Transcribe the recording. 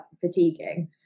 fatiguing